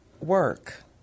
work